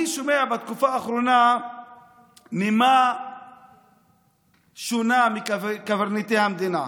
אני שומע בתקופה האחרונה נימה שונה מקברניטי המדינה.